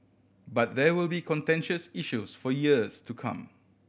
but there will be contentious issues for years to come